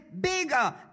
bigger